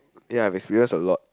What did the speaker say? ya I've experienced a lot